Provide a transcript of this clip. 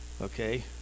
okay